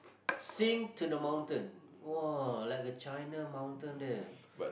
sing to the mountain !wah! like a China mountain there